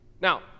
Now